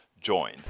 join